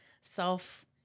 self